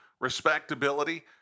respectability